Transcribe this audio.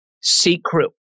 secret